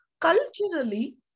culturally